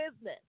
business